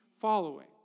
following